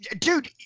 dude